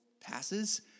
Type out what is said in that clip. passes